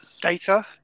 data